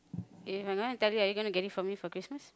if I'm gonna tell you are you gonna get it for me for Christmas